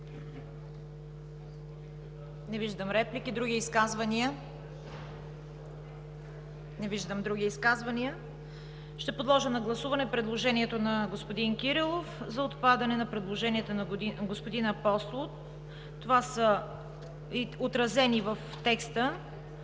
Не виждам. Други изказвания? Не виждам. Ще подложа на гласуване предложението на господин Кирилов за отпадане на предложенията на господин Апостолов, отразени в текста